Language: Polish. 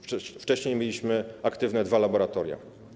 Wcześniej mieliśmy aktywne dwa laboratoria.